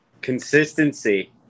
Consistency